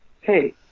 hey